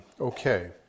Okay